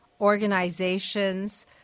organizations